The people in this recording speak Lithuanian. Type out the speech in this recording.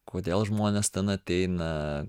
kodėl žmonės ten ateina